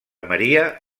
maria